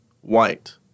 white